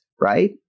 right